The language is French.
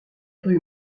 rues